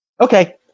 Okay